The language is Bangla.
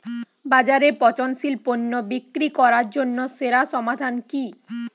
বাজারে পচনশীল পণ্য বিক্রি করার জন্য সেরা সমাধান কি?